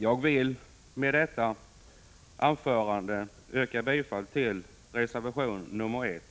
Jag vill med detta anförande yrka bifall till reservation 1.